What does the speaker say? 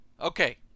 Okay